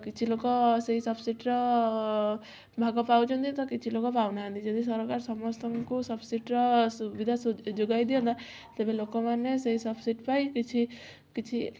କିଛି ଲୋକ ସେଇ ସବସିଡ଼ିର ଭାଗ ପାଉଛନ୍ତି ତ କିଛି ଲୋକ ପାଉନାହାଁନ୍ତି ଯଦି ସରକାର ସମସ୍ତଙ୍କୁ ସବସିଡ଼ିର ସୁବିଧା ସୁ ଯୋଗାଇ ଦିଅନ୍ତା ତେବେ ଲୋକମାନେ ସେଇ ସବସିଡ଼ି ପାଇ କିଛି କିଛି